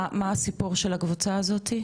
מה הסיפור של הקבוצה הזאת?